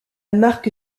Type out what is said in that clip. marque